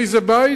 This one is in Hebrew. איזה בית?